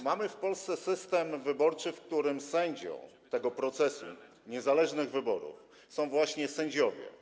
Mamy w Polsce system wyborczy, w którym sędzią tego procesu niezależnych wyborów są właśnie sędziowie.